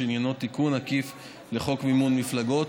שעניינו תיקון עקיף לחוק מימון מפלגות,